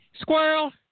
Squirrel